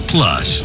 Plus